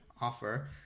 Offer